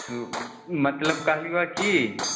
मतलब कहलिअऽ कि